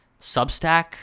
Substack